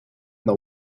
the